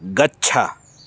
गच्छ